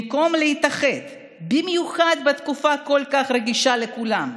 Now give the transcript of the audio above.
במקום להתאחד, במיוחד בתקופה כל כך רגישה לכולם,